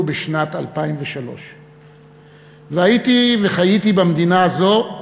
בשנת 2003. והייתי וחייתי במדינה הזאת,